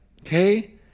okay